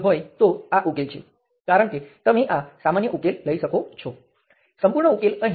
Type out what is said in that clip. હું આ દરેક કેસ સાથે Vx ને માપું છું હું આ Vx1 Vx2 અને Vx3 માટે કરી શકું છું